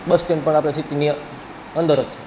બસ stand પણ આપણે સિટીની અંદર જ છે